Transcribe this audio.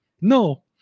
No